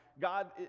god